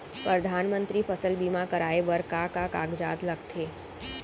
परधानमंतरी फसल बीमा कराये बर का का कागजात लगथे?